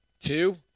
Two